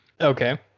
okay